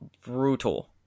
brutal